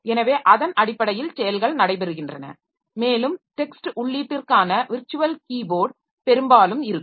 எனவே அதன் அடிப்படையில் செயல்கள் நடைபெறுகின்றன மேலும் டெக்ஸ்ட் உள்ளீட்டிற்கான விர்சுவல் கீீபோர்ட் பெரும்பாலும் இருக்கும்